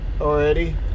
already